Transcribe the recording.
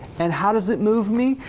and how does it move me?